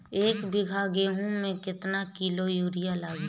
एक बीगहा गेहूं में केतना किलो युरिया लागी?